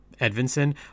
Edvinson